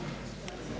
Hvala.